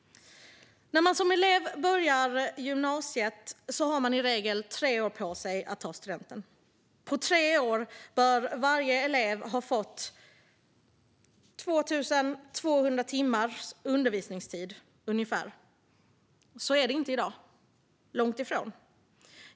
När man som elev börjar gymnasiet har man i regel tre år på sig att ta studenten. På tre år bör varje elev ha fått ungefär 2 200 timmar undervisningstid. Så är det inte i dag, långt ifrån.